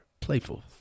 playful